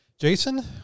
Jason